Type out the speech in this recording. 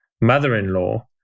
mother-in-law